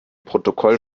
protokoll